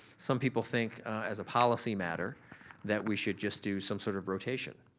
some people think as a policy matter that we should just do some sort of rotation,